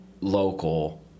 local